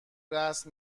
راس